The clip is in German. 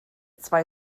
zwei